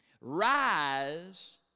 Rise